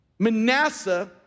Manasseh